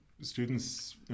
students